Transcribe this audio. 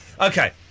Okay